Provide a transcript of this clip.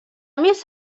més